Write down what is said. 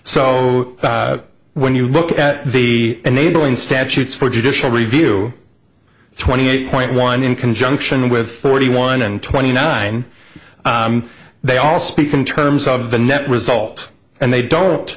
so when you look at the enabling statutes for judicial review twenty eight point one in conjunction with forty one and twenty nine they all speak in terms of the net result and they don't